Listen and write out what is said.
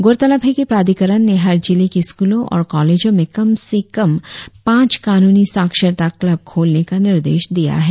गौरतलब है कि प्राधिकरण ने हर जिले के स्कूलों और कॉलेजो में कम से कम पांच कानूनी साक्षरता कल्ब खोलने का निर्देश दिया है